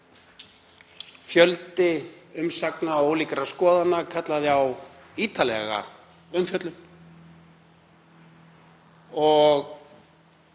Fjöldi umsagna og ólíkra skoðana kallaði á ítarlega umfjöllun og